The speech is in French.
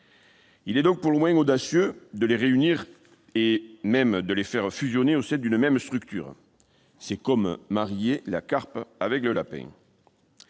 Il est donc pour le moins audacieux de les réunir, et même de les amener à fusionner au sein d'une même structure ; c'est comme marier la carpe et le lapin